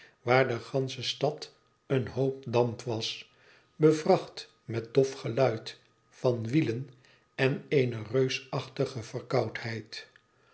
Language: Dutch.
waar de gansche stad een hoop damp was bevracht met dof geluid van wielen en eene reusachtige verkoudheid